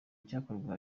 icyakorwa